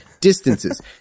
distances